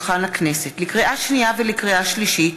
הכנסת, לקריאה שנייה ולקריאה שלישית: